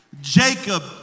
Jacob